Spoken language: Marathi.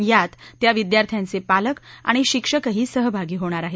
यात त्या विद्यार्थ्यांचे पालक आणि शिक्षकही सहभागी होणार आहेत